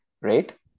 right